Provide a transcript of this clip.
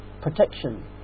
protection